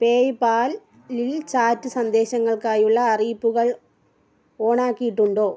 പേയ്പാലിൽ chat സന്ദേശങ്ങൾക്കായുള്ള അറിയിപ്പുകൾ on ആക്കിയിട്ടുണ്ടോ